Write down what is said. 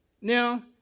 Now